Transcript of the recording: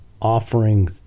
offering